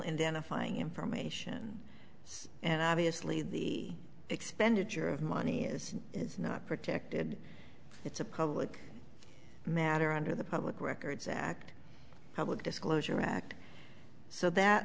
finding information and obviously the expenditure of money is is not protected it's a public matter under the public records act public disclosure act so that